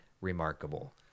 remarkable